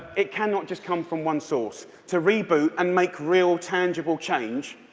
it cannot just come from one source. to reboot and make real tangible change,